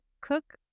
cook